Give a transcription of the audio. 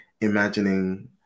imagining